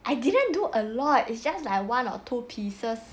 I didn't do a lot it's just like one or two pieces